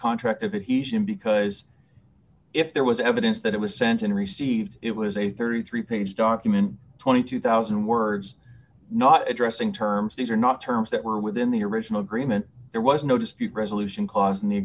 contract of adhesion because if there was evidence that it was sent and received it was a thirty three page document twenty two thousand words not addressing terms these are not terms that were within the original agreement there was no dispute resolution cost in the